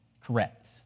correct